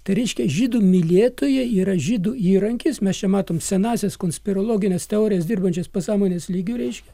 tai reiškia žydų mylėtojai yra žydų įrankis mes čia matom senąsias konspirologines teorijas dirbančias pasąmonės lygiu reiškia